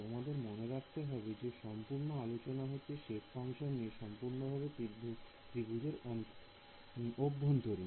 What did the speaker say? তোমাদের মনে রাখতে হবে এই যে সম্পূর্ণ আলোচনা হচ্ছে সেপ ফাংশন নিয়ে সম্পূর্ণভাবে ত্রিভুজের অভ্যন্তরীণ